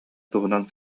туһунан